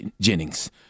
Jennings